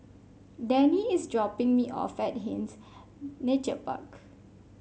Denny is dropping me off at Hindhede Nature Park